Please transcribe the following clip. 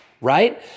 right